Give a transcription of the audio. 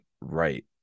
right